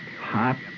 hot